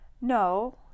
No